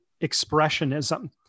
expressionism